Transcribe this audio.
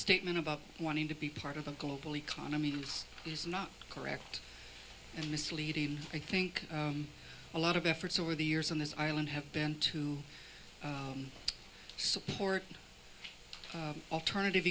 statement about wanting to be part of the global economy is not correct and misleading and i think a lot of efforts over the years on this island have been to support alternative